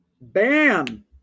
Bam